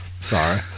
Sorry